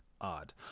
Odd